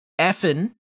effin